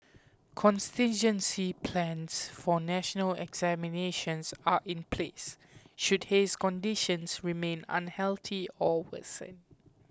contingency plans for national examinations are in place should haze conditions remain unhealthy or worsen